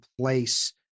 place